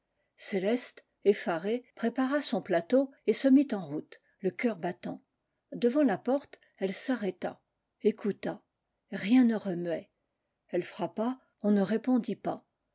céleste efvarée prépara son plateau et se mit en route le cœur battant devant la porte elle s'arrêta écouta rien ne remuait elle frappa on ne répondit pas